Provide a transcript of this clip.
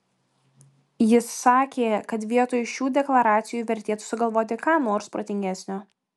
jis sakė kad vietoj šių deklaracijų vertėtų sugalvoti ką nors protingesnio